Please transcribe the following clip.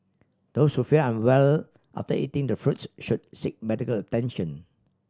those who feel unwell after eating the fruits should seek medical attention